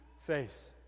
face